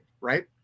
Right